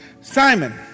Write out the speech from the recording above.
Simon